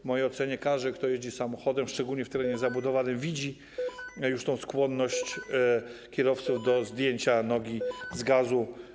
W mojej ocenie każdy, kto jedzie samochodem, szczególnie w terenie zabudowanym, widzi już tę skłonność kierowców do zdjęcia nogi z gazu.